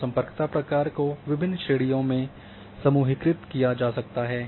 तो सम्पर्कता प्रक्रिया को विभिन्न श्रेणियों में समूहीकृत किया जा सकता है